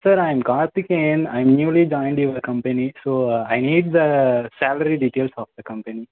sir I am Karthikeyan I am newly joined your company so I need the salary details of the company